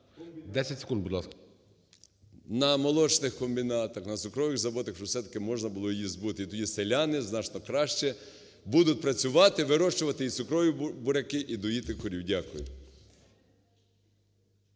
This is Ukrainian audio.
10 секунд, будь ласка. СПОРИШ І.Д. …на молочних комбінатах, на цукрових заводах, щоб все ж таки можна було її збути. І тоді селяни значно краще будуть працювати, вирощувати цукрові буряки і доїти корів. Дякую.